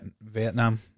Vietnam